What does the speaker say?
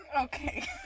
Okay